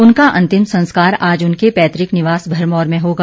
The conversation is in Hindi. उनका अंतिम संस्कार आज उनके पैतक निवास भरमौर में होगा